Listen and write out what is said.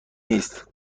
نیست